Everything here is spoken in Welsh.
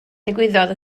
ddigwyddodd